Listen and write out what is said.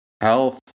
health